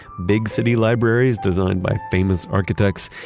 big city libraries designed by famous architects,